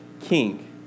king